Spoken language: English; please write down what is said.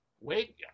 wait